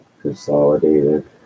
consolidated